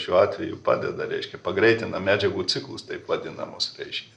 šiuo atveju padeda reiškia pagreitina medžiagų ciklus taip vadinamus reiškia